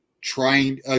trying